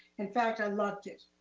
in fact, i loved it.